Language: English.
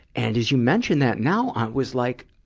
and, as you mention that now, i was like,